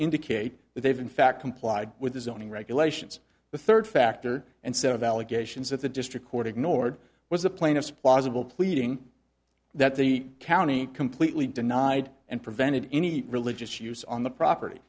indicate that they've in fact complied with the zoning regulations the third factor and set of allegations that the district court ignored was the plaintiff's possible pleading that the county completely denied and prevented any religious use on the property